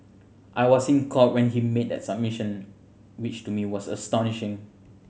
I was in Court when he made that submission which to me was astonishing